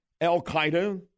al-Qaeda